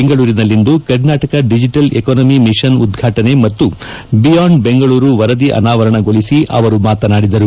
ಬೆಂಗಳೂರಿನಲ್ಲಿಂದು Karnataka digital economy mission ಉದ್ಘಾಟನೆ ಮತ್ತು ಬಿಯಾಂಡ್ ಬೆಂಗಳೂರು ವರದಿ ಅನಾವರಣಗೊಳಿಸಿ ಅವರು ಮಾತನಾಡಿದರು